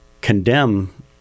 condemn